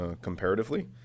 comparatively